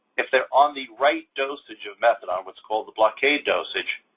if they're on the right dosage of methadone, what's called the blockade dosage,